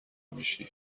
میشی